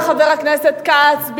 חבר הכנסת כץ,